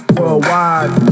Worldwide